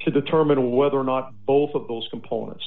to determine whether or not both of those components